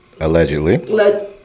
Allegedly